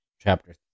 chapter